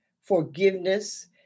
forgiveness